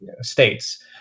states